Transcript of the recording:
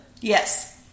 Yes